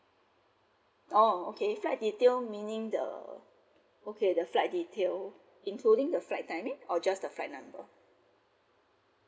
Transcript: oh okay flight detail meaning the okay the flight detail including the flight timing or just a flight number